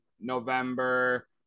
November